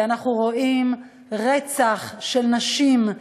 כי אנחנו רואים רצח של נשים,